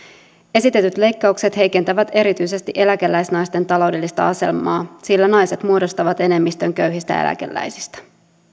esitetyt leikkaukset heikentävät erityisesti eläkeläisnaisten taloudellista asemaa sillä naiset muodostavat enemmistön köyhistä eläkeläisistä